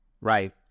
Right